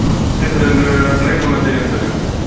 S sir எனக்கு drive பண்ண தெரியும் சார்